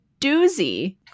doozy